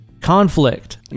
conflict